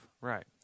Right